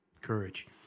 courage